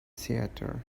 theater